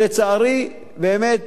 לצערי, באמת